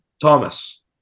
thomas